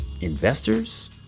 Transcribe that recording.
investors